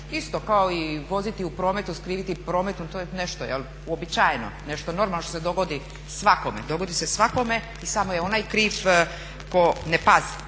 isto kao i voziti u prometu, skriviti prometnu, to je nešto uobičajeno, nešto normalno što se dogodi svakome. Dogodi se svakome i samo je onaj kriv tko ne pazi,